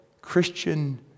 Christian